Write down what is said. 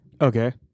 Okay